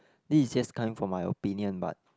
this is just coming from my opinion but